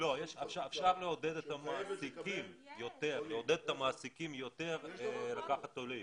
לעודד יותר את המעסיקים לקחת עולים.